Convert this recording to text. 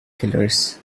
killers